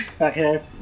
Okay